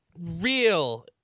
Real